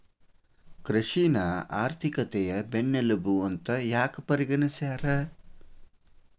ಕೃಷಿನ ಆರ್ಥಿಕತೆಯ ಬೆನ್ನೆಲುಬು ಅಂತ ಯಾಕ ಪರಿಗಣಿಸ್ಯಾರ?